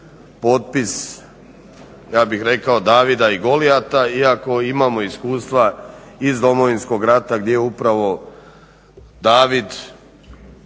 potpis ja bih rekao Davida i Golijata iako imamo iskustva iz Domovinskog rata gdje upravo David